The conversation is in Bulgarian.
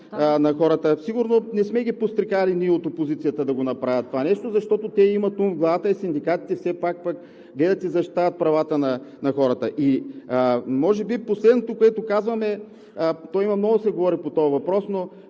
на хората!“ Сигурно не сме ги подстрекавали ние от опозицията да го направят това нещо, защото те имат ум в главата, а синдикатите все пак гледат и защитават правата на хората. Последното, което казвам, е – то има много да се говори по този въпрос, но